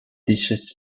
dishes